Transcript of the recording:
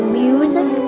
music